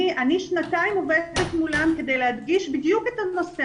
אני שנתיים עובדת מולם כדי להדגיש בדיוק את הנושא